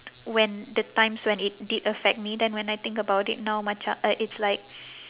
when the times when it did affect me then when I think about it now maca~ uh it's like